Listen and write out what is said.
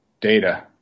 data